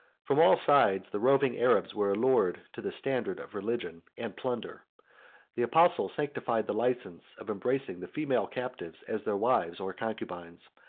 from all sides the roving arabs were allured to the standard of religion and plunder the apostle sanctified the license of embracing the female captives as their wives or concubines,